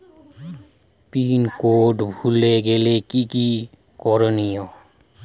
Pin code ভুলে গেলে কি কি করনিয়?